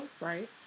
right